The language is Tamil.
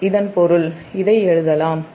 இதன் பொருள் இதை எழுதலாம் MW sec MVA